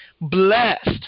blessed